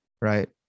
right